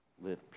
live